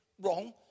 wrong